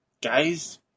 Guys